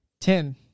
Ten